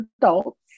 adults